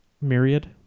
Myriad